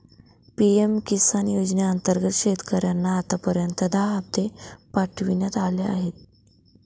PM Kisan योजनेअंतर्गत शेतकऱ्यांना आतापर्यंत दहा हप्ते पाठवण्यात आले आहेत